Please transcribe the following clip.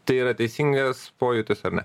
tai yra teisingas pojūtis ar ne